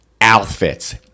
outfits